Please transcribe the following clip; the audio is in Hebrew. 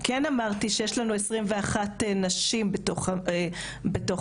כן אמרתי שיש לנו 21 נשים בתוך המערך.